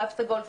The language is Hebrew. תו סגול.